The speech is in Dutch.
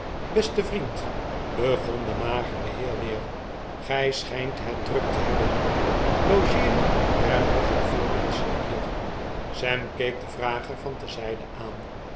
beste vriend begon de magere heer weer gij schijnt het druk te hebben logeeren er nogal veel menschen hier sam keek den vrager van terzijde aan